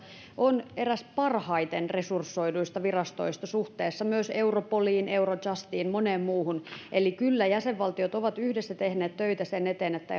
on eräs parhaiten resursoiduista virastoista suhteessa myös europoliin eurojustiin moneen muuhun eli kyllä jäsenvaltiot ovat yhdessä tehneet töitä sen eteen että